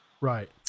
Right